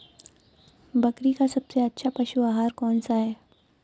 बकरी का सबसे अच्छा पशु आहार कौन सा है?